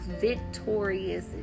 victorious